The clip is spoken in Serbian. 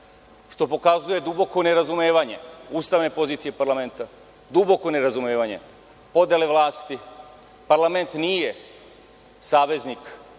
što pokazuje duboko nerazumevanje ustavne pozicije parlamenta, duboko nerazumevanje podele vlasti. Parlament nije saveznik